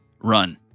Run